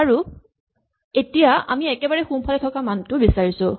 আৰু এতিয়া আমি একেবাৰে সোঁফালে থকা মানটো বিচাৰিছো